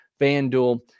FanDuel